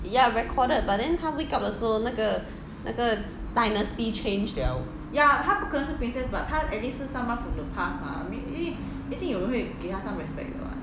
ya recorded but then 她 wake up 的时候那个那个 dynasty change liao